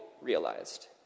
realized